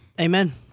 amen